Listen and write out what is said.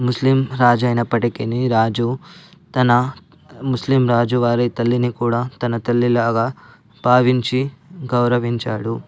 ముస్లిం రాజు అయినప్పటికిని రాజు తన ముస్లిం రాజు వారి తల్లిని కూడా తన తల్లి లాగా భావించి గౌరవించాడు